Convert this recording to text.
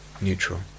neutral